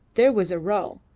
there was a row,